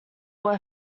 were